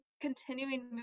continuing